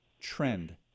trend